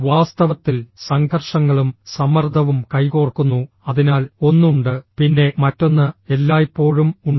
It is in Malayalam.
വാസ്തവത്തിൽ സംഘർഷങ്ങളും സമ്മർദ്ദവും കൈകോർക്കുന്നു അതിനാൽ ഒന്ന് ഉണ്ട് പിന്നെ മറ്റൊന്ന് എല്ലായ്പ്പോഴും ഉണ്ട്